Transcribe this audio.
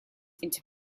into